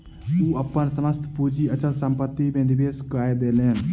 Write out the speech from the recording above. ओ अपन समस्त पूंजी अचल संपत्ति में निवेश कय देलैन